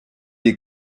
est